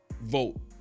vote